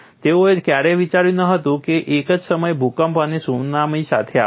તેઓએ ક્યારેય વિચાર્યું ન હતું કે એક જ સમયે ભૂકંપ અને સુનામી સાથે આવશે